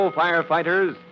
firefighters